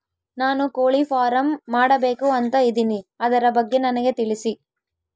ನಾನು ಕೋಳಿ ಫಾರಂ ಮಾಡಬೇಕು ಅಂತ ಇದಿನಿ ಅದರ ಬಗ್ಗೆ ನನಗೆ ತಿಳಿಸಿ?